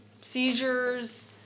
seizures